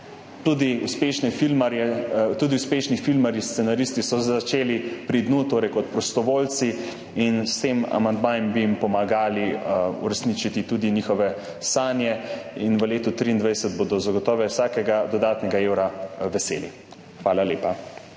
tudi uspešni filmarji, scenaristi začeli pri dnu, torej kot prostovoljci, in s tem amandmajem bi jim pomagali uresničiti tudi njihove sanje. V letu 2023 bodo zagotovo vsakega dodatnega evra veseli. Hvala lepa.